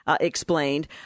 explained